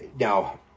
Now